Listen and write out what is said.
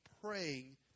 praying